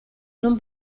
non